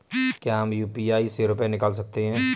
क्या हम यू.पी.आई से रुपये निकाल सकते हैं?